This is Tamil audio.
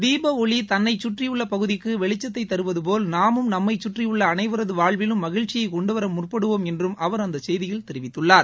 தீப ஒளி தன்னைச் சுற்றியுள்ள பகுதிக்கு வெளிச்சத்தை தருவதுபோல் நாமும் நம்மைச் சுற்றியுள்ள அனைவரது வாழ்விலும் மகிழ்ச்சியை கொண்டுவர முற்படுவோம் என்றும் அவர் அந்த செய்தியில் தெரிவித்துள்ளார்